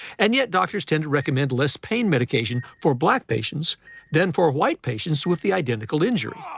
and yet doctors tend to recommend less pain medication for black patients than for white patients with the identical injury.